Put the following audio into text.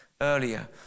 earlier